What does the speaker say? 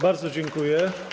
Bardzo dziękuję.